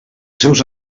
seus